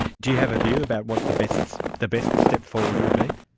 do you have a view about what the best the best step forward would be?